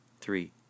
Three